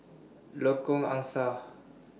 Lengkok Angsa